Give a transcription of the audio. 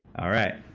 all right.